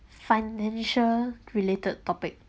financial related topic